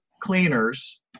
cleaners